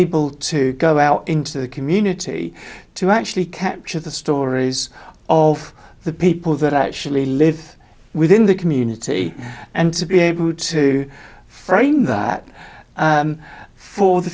able to go out into the community to actually capture the stories of the people that actually live within the community and to be able to frame that for the